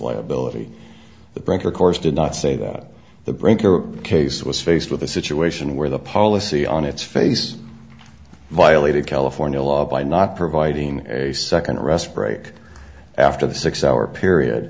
liability the broker corps did not say that the brinker case was faced with a situation where the policy on its face violated california law by not providing a second rest break after the six hour period